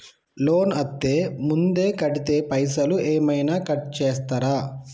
Loan అత్తే ముందే కడితే పైసలు ఏమైనా కట్ చేస్తరా?